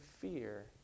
fear